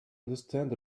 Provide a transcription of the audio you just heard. understand